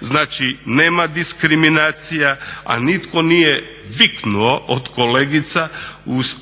Znači, nema diskriminacija, a nitko nije viknuo od kolegica